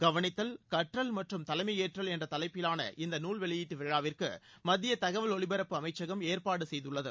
கவனித்தல் கற்றல் மற்றும் தலைமையேற்றல் என்ற தலைப்பிலான இந்த நூல் வெளியீட்டு விழாவிற்கு மத்திய தகவல் ஒலிபரப்பு அமைச்சகம் ஏற்பாடு செய்துள்ளது